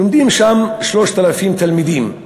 לומדים שם 3,000 תלמידים,